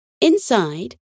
Inside